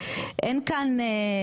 אין כאן.